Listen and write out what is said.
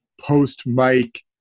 post-Mike